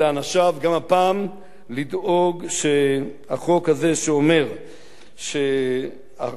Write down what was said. לדאוג שהחוק הזה, שאומר שהחוק הישראלי יוחל,